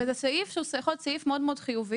זה סעיף שיכול להיות סעיף מאוד מאוד חיובי,